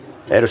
edes